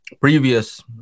previous